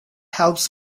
helps